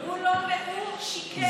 הוא שיקר.